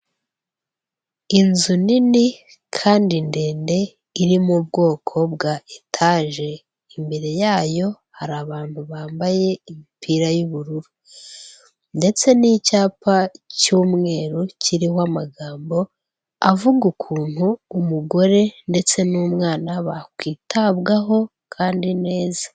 Inzu nini kandi ndende iri mu bwoko bwa etaje, imbere yayo hari abantu bambaye imipira y'ubururu ndetse n'icyapa cy'umweru kiriho amagambo avuga ukuntu umugore ndetse n'umwana bakwitabwaho kandi neza.